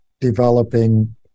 developing